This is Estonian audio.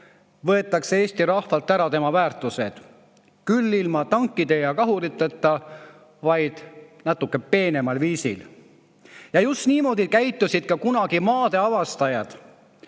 võetakse Eesti rahvalt ära tema väärtused. Küll ilma tankide ja kahuriteta, natuke peenemal viisil. Ja just niimoodi käitusid ka kunagi maadeavastajad,